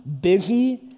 busy